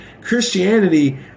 Christianity